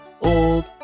old